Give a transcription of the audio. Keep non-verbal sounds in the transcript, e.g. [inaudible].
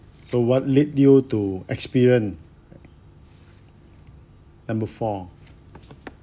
so what led you to experience [noise] and before